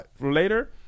later